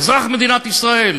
אזרח מדינת ישראל,